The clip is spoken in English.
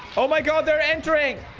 oh my god. they're entering